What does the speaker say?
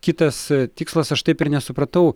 kitas tikslas aš taip ir nesupratau